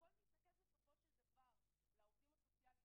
הכול מתנקז בסופו של דבר לעובדים הסוציאליים,